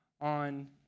on